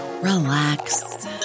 relax